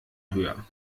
höher